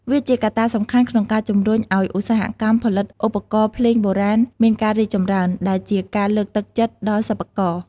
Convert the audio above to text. វាជាកត្តាសំខាន់ក្នុងការជំរុញឱ្យឧស្សាហកម្មផលិតឧបករណ៍ភ្លេងបុរាណមានការរីកចម្រើន ដែលជាការលើកទឹកចិត្តដល់សិប្បករ។